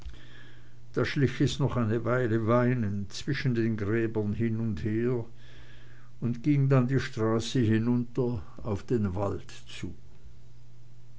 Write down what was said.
da schlich es noch eine weile weinend zwischen den gräbern hin und her und ging dann die straße hinunter auf den wald zu